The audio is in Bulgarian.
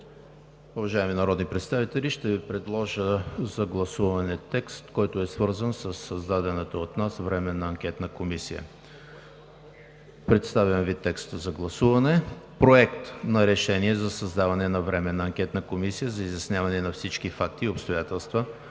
Уважаеми народни представители, ще Ви предложа за гласуване текст, който е свързан със създадената от нас Временна анкетна комисия. Представям Ви текста за гласуване: „Проект за решение за създаване на Временна анкетна комисия за изясняване на всички факти и обстоятелства